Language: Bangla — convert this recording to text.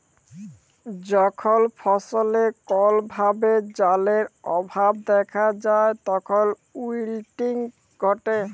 যখল ফসলে কল ভাবে জালের অভাব দ্যাখা যায় তখল উইলটিং ঘটে